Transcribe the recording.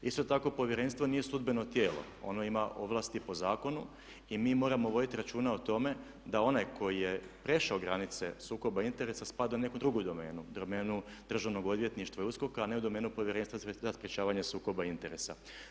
Isto tako Povjerenstvo nije sudbeno tijelo, ono ima ovlasti po zakonu i mi moramo vodi računa o tome da onaj koji je prešao granice sukoba interesa spada u neku drugu domenu, domenu državnog odvjetništva i USKOK-a a ne u domenu Povjerenstva za sprječavanje sukoba interesa.